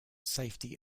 safety